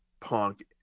Punk